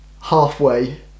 halfway